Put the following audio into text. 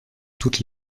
toutes